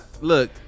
Look